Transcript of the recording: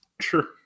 Sure